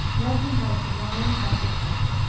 milton had a sublime self-respect.